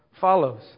follows